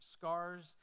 scars